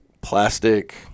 plastic